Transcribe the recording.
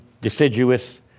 deciduous